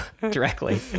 directly